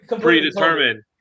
predetermined